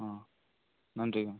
ஆ நன்றிங்க